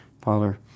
Father